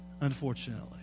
unfortunately